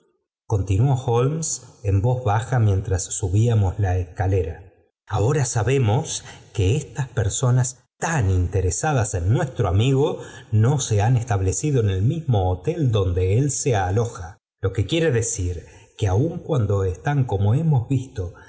holmes en voz baja mientras subíamos la escalera ahora sabemos que estas per p soüas tan interesadj éa nuestro amigo no se han establecido en el asatíto hotel donde él se aloja lo que quiere decir que aun cuando estén como hornos visto